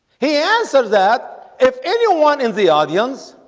he answered that if anyone in the audience